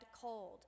cold